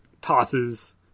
tosses